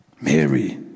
Mary